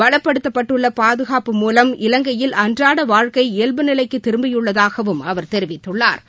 பலப்படுத்தப்பட்டுள்ளபாதுகாப்பு மூலம் இலங்கையில் இயல்பு அன்றாடவாழ்க்கை நிலைக்குதிரும்பியுள்ளதாகவும் அவர் தெரிவித்துள்ளாா்